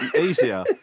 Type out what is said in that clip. easier